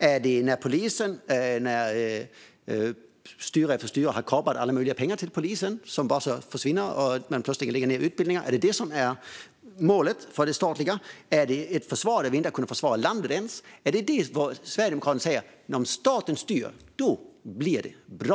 Är det när styre efter styre har kapat alla möjliga pengar till polisen så att man får stänga ned utbildningar? Är det det som är målet för det statliga? Är det som med försvaret, som inneburit att vi inte ens har kunnat försvara landet? Är det det Sverigedemokraterna menar när de säger att om staten styr, då blir det bra?